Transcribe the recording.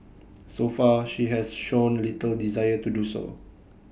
so far she has shown little desire to do so